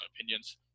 opinions